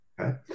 okay